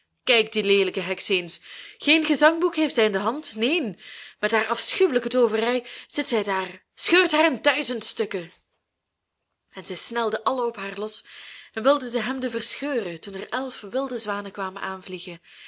kijk die leelijke heks eens geen gezangboek heeft zij in de hand neen met haar afschuwelijke tooverij zit zij daar scheurt haar in duizend stukken en zij snelden allen op haar los en wilden de hemden verscheuren toen er elf wilde zwanen kwamen aanvliegen